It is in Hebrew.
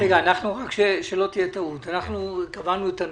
אנחנו אלה שקבענו את הנוהל.